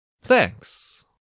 Thanks